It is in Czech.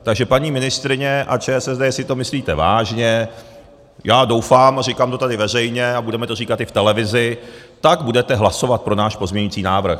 Takže paní ministryně a ČSSD, jestli to myslíte vážně, já doufám, a říkám to tady veřejně a budeme to říkat i v televizi, tak budete hlasovat pro náš pozměňující návrh.